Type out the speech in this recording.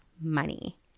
money